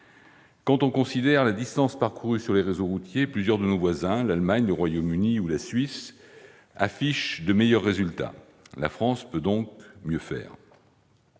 Quand on considère la distance parcourue sur les réseaux routiers, plusieurs de nos voisins- l'Allemagne, le Royaume-Uni ou la Suisse -affichent de meilleurs résultats. La France peut donc mieux faire.